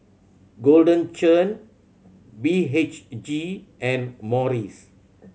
Golden Churn B H G and Morries